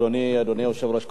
אדוני היושב-ראש,